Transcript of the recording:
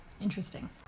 Interesting